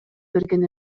берген